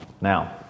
Now